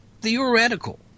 theoretical